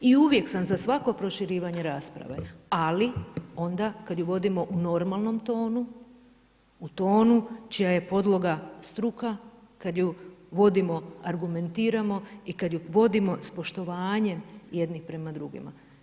I uvijek sam za svako proširivanje rasprave ali onda kada ju vodimo u normalnom tonu, u tonu čija je podloga struka, kada ju vodimo, argumentiramo i kada ju vodimo s poštovanjem jedni prema drugima.